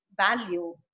value